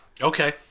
okay